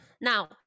Now